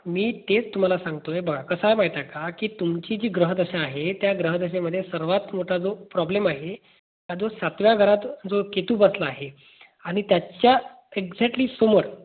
मी तेच तुम्हाला सांगतो आहे बघा कसं आहे माहीत आहे का की तुमची जी ग्रहदशा आहे त्या ग्रहदशेमध्ये सर्वात मोठा जो प्रॉब्लेम आहे त्या जो सातव्या घरात जो केतू बसला आहे आणि त्याच्या एक्झॅक्टली समोर